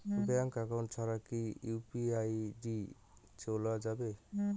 Bank account ছাড়া কি UPI ID চোলা যাবে?